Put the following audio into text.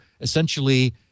essentially